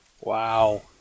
Wow